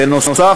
בנוסף,